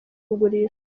kugurishwa